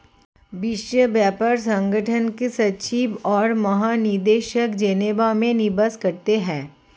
विश्व व्यापार संगठन के सचिव और महानिदेशक जेनेवा में निवास करते हैं